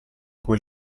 cui